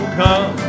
come